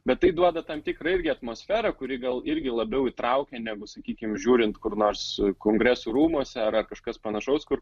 bet tai duoda tam tikra irgi atmosferą kuri gal irgi labiau įtraukia negu sakykim žiūrint kur nors kongresų rūmuose ar kažkas panašaus kur